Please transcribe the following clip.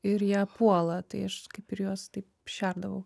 ir ją puola tai aš kaip ir juos taip šerdavau